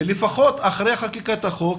לפחות אחרי חקיקת החוק,